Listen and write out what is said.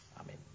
amen